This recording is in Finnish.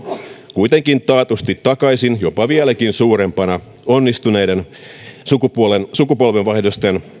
kuitenkin taatusti takaisin jopa vieläkin suurempana onnistuneiden sukupolvenvaihdosten